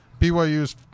BYU's